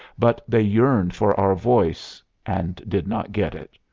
but they yearned for our voice and did not get it.